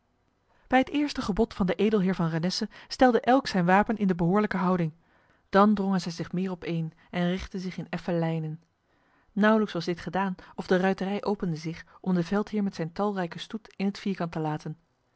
bij het eerste gebod van de edelheer van renesse stelde elk zijn wapen in de behoorlijke houding dan drongen zij zich meer opeen en richtten zich in effen lijnen nauwlijks was dit gedaan of de ruiterij opende zich om de veldheer met zijn talrijke stoet in het vierkant te laten